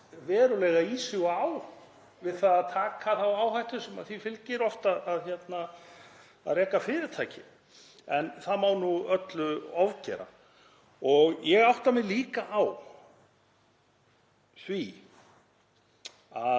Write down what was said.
verulega í sig og á við að taka þá áhættu sem því fylgir oft að reka fyrirtæki. En það má nú öllu ofgera. Ég átta mig líka á því hvað